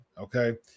Okay